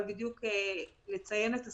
אבל לציין את הסכום,